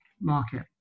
market